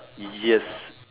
yes